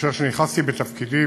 כשנכנסתי לתפקידי,